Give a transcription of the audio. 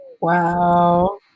Wow